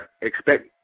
expect